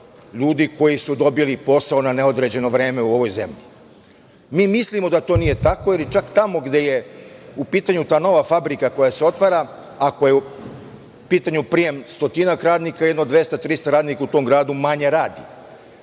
ljudi koji su dobili posao na neodređeno vreme u ovoj zemlji. Mi mislimo da to nije tako jer i čak tamo gde je u pitanju ta nova fabrika koja se otvara, ako je u pitanju prijem 100 radnika, jedno 200, 300 radnika u tom gradu manje radi.